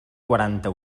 quaranta